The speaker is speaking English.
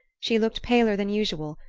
she looked paler than usual,